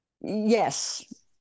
Yes